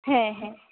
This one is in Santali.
ᱦᱮᱸ ᱦᱮᱸ